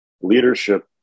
leadership